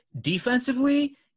defensively